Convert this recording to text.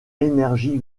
énergie